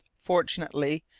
fortunately,